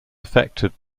effected